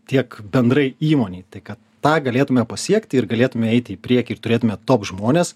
tiek bendrai įmonei tai kad tą galėtume pasiekti ir galėtume eiti į priekį ir turėtume top žmones